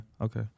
okay